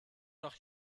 noch